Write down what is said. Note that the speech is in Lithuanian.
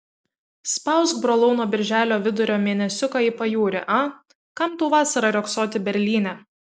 spausk brolau nuo birželio vidurio mėnesiuką į pajūrį a kam tau vasarą riogsoti berlyne